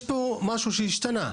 משהו שהשתנה.